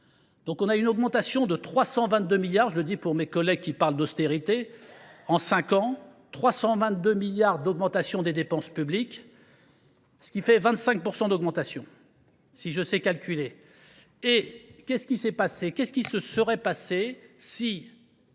Donc on a une augmentation de 322 milliards, je le dis pour mes collègues qui parlent d'austérité, en cinq ans, 322 milliards d'augmentation des dépenses publiques, ce qui fait 25% d'augmentation, si je sais calculer. Et qu'est-ce qui s'est passé,